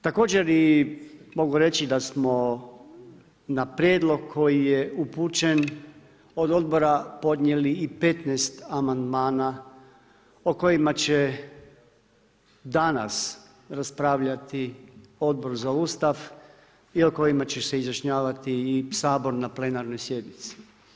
Također i mogu reći da smo na prijedlog koji je upućen od obora podnijeli i 15 amandmana o kojima će danas raspravljati Odbor za ustav i o kojima će se izjašnjavati i Sabor na plenarnoj sjednici.